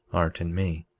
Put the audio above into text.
art in me,